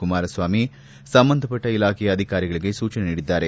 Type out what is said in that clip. ಕುಮಾರಸ್ವಾಮಿ ಸಂಬಂಧಪಟ್ಟ ಇಲಾಖೆಯ ಅಧಿಕಾರಿಗಳಿಗೆ ಸೂಚನೆ ನೀಡಿದ್ದಾರೆ